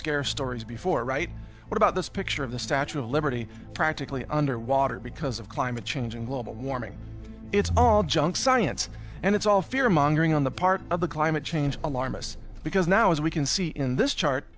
scare stories before right what about this picture of the statue of liberty practically underwater because of climate change and global warming it's all junk science and it's all fear mongering on the part of the climate change alarmists because now as we can see in this chart